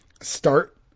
start